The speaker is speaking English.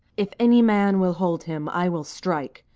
if any man will hold him, i will strike,